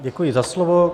Děkuji za slovo.